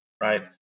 Right